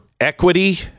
equity